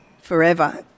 forever